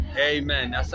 Amen